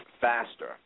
faster